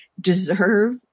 deserve